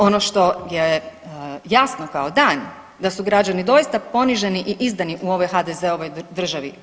Ono što je jasno kao dan da su građani doista poniženi i izdani u ovoj HDZ-ovoj državi.